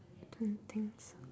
don't think so